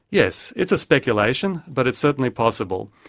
yes. it's a speculation but it's certainly possible.